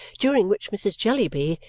during which mrs. jellyby,